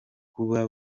kuba